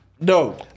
No